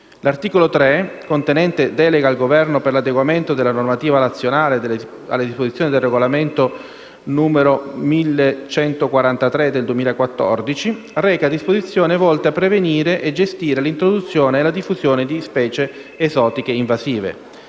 L'articolo 3, contenente delega al Governo per l'adeguamento della normativa nazionale alle disposizioni del regolamento europeo n. 1143 del 2014 reca disposizioni volte a prevenire e gestire l'introduzione e la diffusione di specie esotiche invasive;